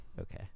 okay